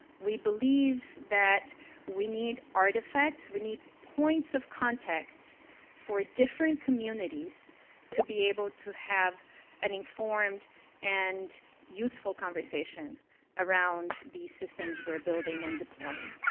we believe that we need artifacts. we need points of contact for different communities to be able to have an informed and useful conversation around these systems we're building and deploying.